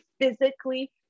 physically